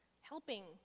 Helping